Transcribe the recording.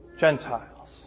Gentiles